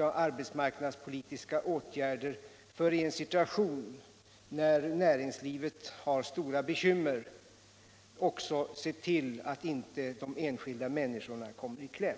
arbetsmarknadspolitiska åtgärder för att i en situation där näringslivet har stora bekymmer också se till att inte de enskilda människorna kommer i kläm.